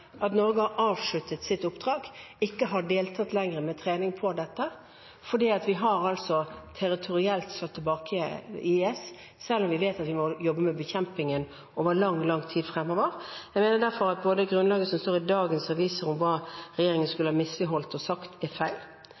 at Norge har avsluttet sitt oppdrag og ikke lenger har deltatt med trening på dette, fordi vi territorielt har slått tilbake IS – selv om vi vet at vi må jobbe med bekjempingen over lang, lang tid fremover. Jeg mener derfor at grunnlaget som står i dagens aviser om hva regjeringen skulle ha misligholdt og sagt, er feil.